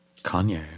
kanye